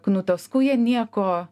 knuto skujanieko